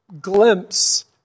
glimpse